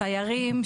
הסיירים,